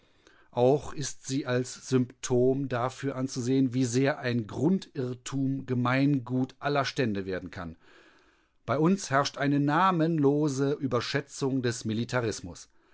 auch ist sie als symptom dafür anzusehen wie sehr ein grundirrtum gemeingut aller stände werden kann bei uns herrscht eine namenlose überschätzung des militarismus